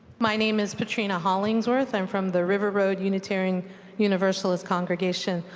my name is patrina hollingsworth and from the river road unitarian universalist congregation.